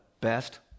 best